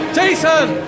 Jason